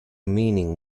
meaning